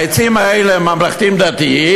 העצים האלה הם ממלכתיים-דתיים,